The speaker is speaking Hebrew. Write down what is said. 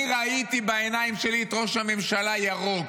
אני ראיתי בעיניים שלי את ראש הממשלה ירוק,